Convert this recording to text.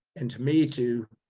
and to me to,